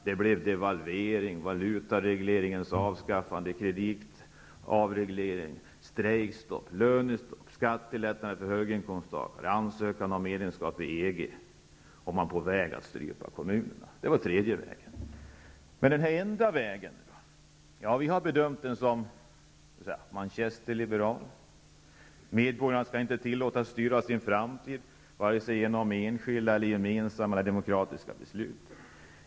Det blev devalvering, valutaregleringens avskaffande, avskaffande av kreditregleringen, strejkstopp, lönestopp, skattelättnader för höginkomsttagare och ansökan om medlemskap i EG. Genom detta var man på väg att strypa kommunerna. Det var den tredje vägen. Men hur är det då med den enda vägen? Vi har bedömt den som Manchesterliberal. Medborgarna skall inte tillåtas styra sin framtid vare sig genom enskilda beslut eller gemensamma demokratiska beslut.